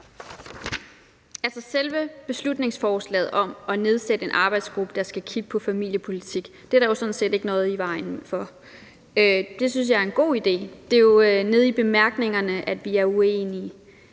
Selve beslutningsforslaget om at nedsætte en arbejdsgruppe, der skal kigge på familiepolitik, er der jo sådan set ikke noget i vejen med. Det synes jeg er en god idé. Det er jo nede i bemærkningerne, at vi er uenige,